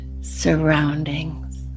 surroundings